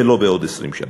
ולא בעוד 20 שנה.